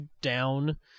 down